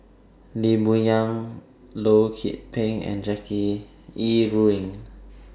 Lee Boon Yang Loh Lik Peng and Jackie Yi Ru Ying